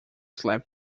slept